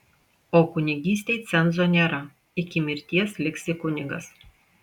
o kunigystei cenzo nėra iki mirties liksi kunigas